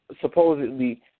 supposedly